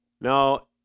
Now